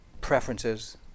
preferences